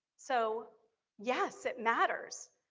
so yes it matters,